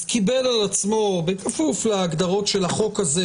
קיבל על עצמו בכפוף להגדרות של החוק הזה